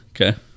Okay